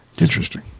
Interesting